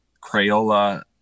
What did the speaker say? Crayola